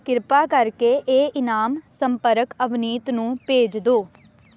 ਕਿਰਪਾ ਕਰਕੇ ਇਹ ਇਨਾਮ ਸੰਪਰਕ ਅਵਨੀਤ ਨੂੰ ਭੇਜ ਦਿਉ